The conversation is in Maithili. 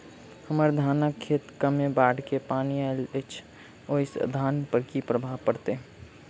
हम्मर धानक खेत मे कमे बाढ़ केँ पानि आइल अछि, ओय सँ धान पर की प्रभाव पड़तै?